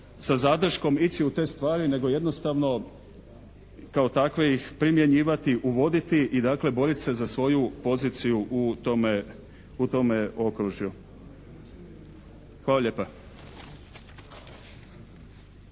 sa zadrškom ići u te stvari nego jednostavno kao takve ih primjenjivati, uvoditi i dakle boriti se za svoju poziciju u tome okružju. Hvala lijepa.